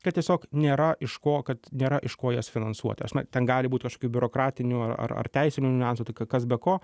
kad tiesiog nėra iš ko kad nėra iš ko jas finansuoti ta prasme ten gali būt kažkokių biurokratinių ar ar teisinių niuansų tai ka kas be ko